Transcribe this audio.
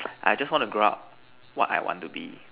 I just want to grow up what I want to be